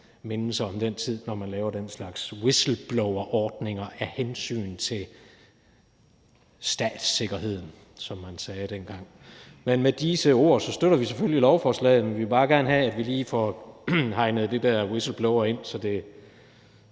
mindelser om den tid, når man laver den slags whistleblowerordninger af hensyn til statssikkerheden, som man sagde dengang. Men med disse ord støtter vi selvfølgelig lovforslaget, men vi vil bare gerne have, at vi lige får hegnet det der whistleblower ind, så det